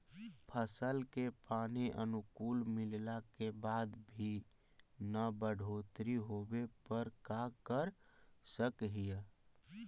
फसल के पानी अनुकुल मिलला के बाद भी न बढ़ोतरी होवे पर का कर सक हिय?